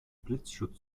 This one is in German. blitzschutz